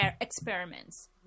experiments